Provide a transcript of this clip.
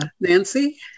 Nancy